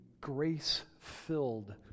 grace-filled